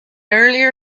earlier